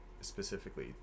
specifically